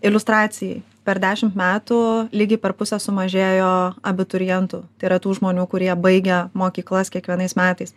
iliustracijai per dešimt metų lygiai per pusę sumažėjo abiturientų tai yra tų žmonių kurie baigia mokyklas kiekvienais metais